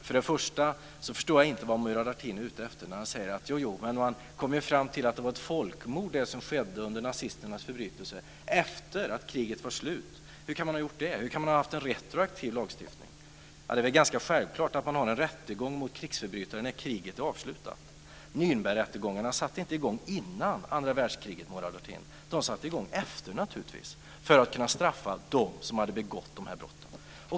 Först och främst förstår jag inte vad Murad Artin är ute efter när han säger: Jo, men man kom ju fram till att nazisternas förbrytelser var ett folkmord efter det att kriget var slut. Hur kan man ha gjort det? Hur kan man ha haft en retroaktiv lagstiftning? Det är väl ganska självklart att man har en rättegång mot krigsförbrytare när kriget är avslutat. Nürnbergrättegångarna satte inte i gång före andra världskriget, Murad Artin, de satte naturligtvis i gång efter för att man skulle kunna straffa dem som hade begått de här brotten.